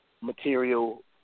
material